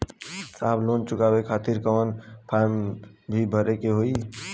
साहब लोन चुकावे खातिर कवनो फार्म भी भरे के होइ?